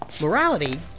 Morality